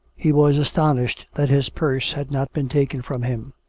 he was astonished that his purse had not been taken from him.